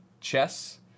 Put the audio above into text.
chess